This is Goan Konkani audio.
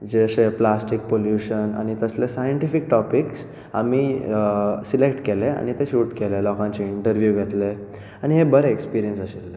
जशें प्लास्टीक पल्यूशन आनी तसले सायन्टिफीक टॉपिक्स आमी सिलेक्ट केले आनी ते शूट केले लोकांचे इंटरव्यू घेतले आनी हें बरें एक्सपिरियंस आशिल्लें